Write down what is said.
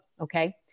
Okay